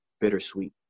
Bittersweet